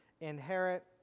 inherit